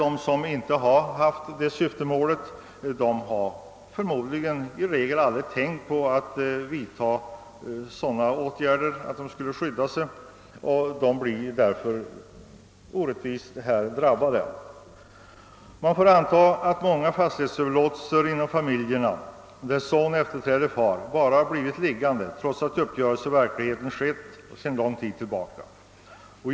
De som inte haft detta syfte har förmodligen aldrig tänkt på att vidta åtgärder för att skydda sig, och de skulle därför drabbas orättvist. Man får anta att många fastighetsöverlåtelser inom familjer där son efterträder far bara blivit liggande trots att uppgörelse verkligen skett långt tillbaka i tiden.